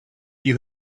you